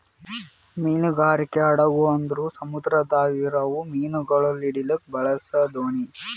ಮೀನುಗಾರಿಕೆ ಹಡಗು ಅಂದುರ್ ಸಮುದ್ರದಾಗ್ ಇರವು ಮೀನುಗೊಳ್ ಹಿಡಿಲುಕ್ ಬಳಸ ದೋಣಿ